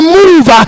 move